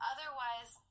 Otherwise